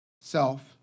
self